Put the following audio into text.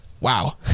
Wow